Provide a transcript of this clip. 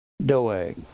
Doeg